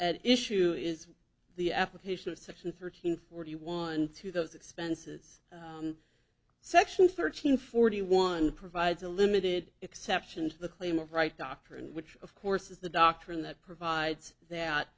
at issue is the application of section thirteen forty one to those expenses on section thirteen forty one provides a limited exception to the claim of right doctrine which of course is the doctrine that provides that